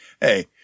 hey